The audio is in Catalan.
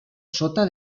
sota